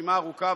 רשימה ארוכה,